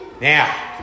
Now